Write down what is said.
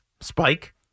Spike